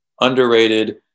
underrated